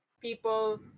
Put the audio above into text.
people